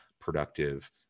productive